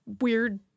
weird